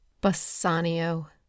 Bassanio